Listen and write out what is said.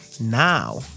now